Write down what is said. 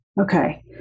Okay